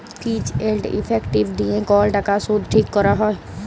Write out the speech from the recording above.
ফিজ এল্ড ইফেক্টিভ দিঁয়ে কল টাকার সুদ ঠিক ক্যরা হ্যয়